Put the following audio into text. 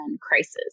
crisis